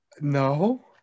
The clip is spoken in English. No